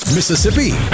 Mississippi